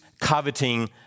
coveting